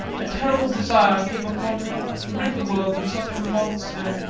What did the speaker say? a terrible desire came upon me to rid the world of such a monster.